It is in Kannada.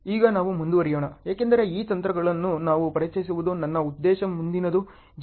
ಈಗ ನಾವು ಮುಂದುವರಿಯೋಣ ಏಕೆಂದರೆ ಈ ತಂತ್ರಗಳನ್ನು ನಿಮಗೆ ಪರಿಚಯಿಸುವುದು ನನ್ನ ಉದ್ದೇಶ ಮುಂದಿನದು GERT